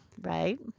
right